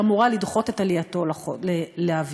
שאמורה לדחות את עלייתו לאוויר.